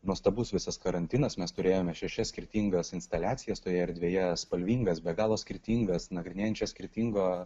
nuostabus visas karantinas mes turėjome šešias skirtingas instaliacijas toje erdvėje spalvingas be galo skirtingas nagrinėjančias skirtingo